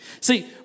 See